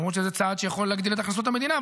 למרות שזה צעד שיכול להגדיל את הכנסות המדינה,